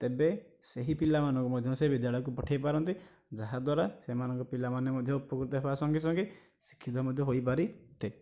ତେବେ ସେହି ପିଲାମାନଙ୍କୁ ମଧ୍ୟ ସେହି ବିଦ୍ୟାଳୟକୁ ପଠାଇ ପାରନ୍ତେ ଯାହା ଦ୍ୱାରା ସେମାନଙ୍କ ପିଲାମାନେ ମଧ୍ୟ ଉପକୃତ ହେବା ସଙ୍ଗେ ସଙ୍ଗେ ଶିକ୍ଷିତ ମଧ୍ୟ ହୋଇପାରିବେ